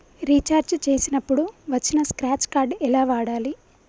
Recharge చేసినప్పుడు వచ్చిన scratch card ఎలా వాడాలి?